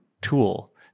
tool